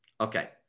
Okay